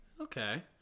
Okay